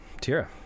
Tira